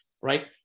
right